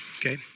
okay